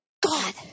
God